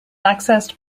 accessed